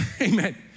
Amen